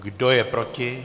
Kdo je proti?